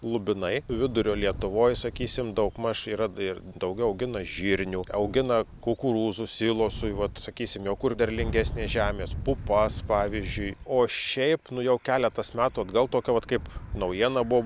lubinai vidurio lietuvoj sakysime daugmaž yra ir daugiau augina žirnių augina kukurūzų silosui vat sakysim jau kur derlingesnės žemės pupas pavyzdžiui o šiaip nu jau keletas metų atgal tokia vat kaip naujiena buvo